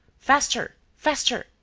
faster, faster!